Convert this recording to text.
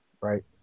Right